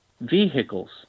vehicles